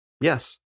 Yes